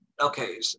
Okay